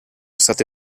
state